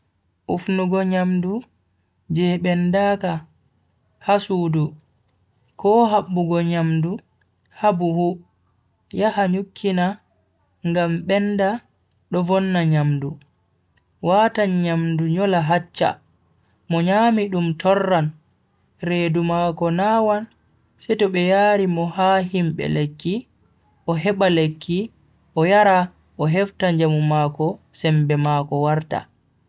ufnugo nyamdu je bendaaka ha sudu ko habbugo nyamdu ha buhu yaha nyukkina ngam benda do vonna nyamdu. watan nyamdu nyola haccha, Mo nyami dum torran, redu mako nawan seto be yari mo ha himbe lekki o heba lekki o yara o hefta njamu mako sembe mako warta.